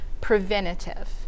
preventative